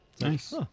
Nice